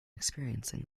experiencing